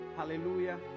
Hallelujah